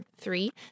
three